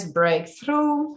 breakthrough